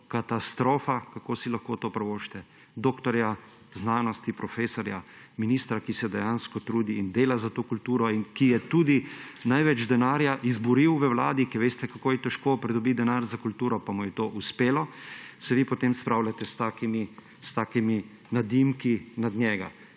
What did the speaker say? Katastrofa. Kako si lahko to privoščite? Doktorja znanosti, profesorja, ministra, ki se dejansko trudi in dela za to kulturo in ki je tudi največ denarja izboril v vladi. Veste, kako je težko pridobiti denar za kulturo, pa mu je to uspelo, se vi potem spravljate s takimi nadimki nad njega.